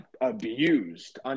abused